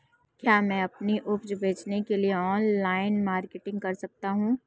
क्या मैं अपनी उपज बेचने के लिए ऑनलाइन मार्केटिंग कर सकता हूँ?